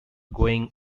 going